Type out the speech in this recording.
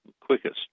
quickest